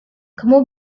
kamu